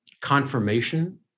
confirmation